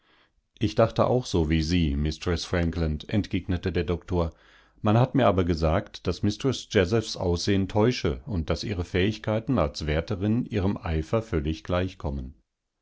ich dachte auch so wie sie mistreß frankland entgegnete der doktor man hat mir aber gesagt daß mistreß jazephs aussehen täusche und daß ihre fähigkeiten als wärterinihremeifervölliggleichkommen wollt ihr